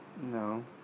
No